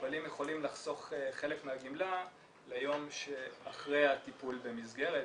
המטופלים יכולים לחסוך חלק מהגמלה ליום של אחרי הטיפול במסגרת,